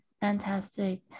Fantastic